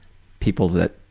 people that,